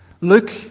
Luke